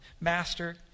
master